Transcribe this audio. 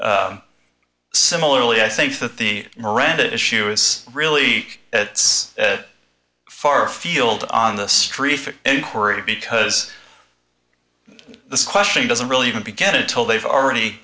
said similarly i think that the miranda issue is really far afield on the street inquiry because this question doesn't really even begin until they've already